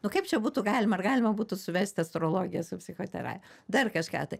nu kaip čia būtų galima ar galima būtų suvest astrologiją su psichoterapija dar kažką tai